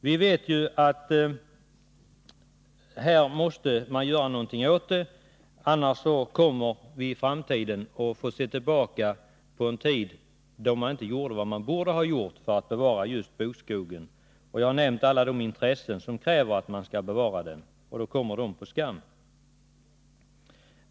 Vi vet ju att någonting måste göras åt det hela — annars kommer vi i framtiden att få se tillbaka på en tid då man inte gjorde vad man borde ha gjort för att bevara just bokskogen. Jag har nämnt alla de intressen som finns för att bevara bokskogen, och då kan det hela komma på skam.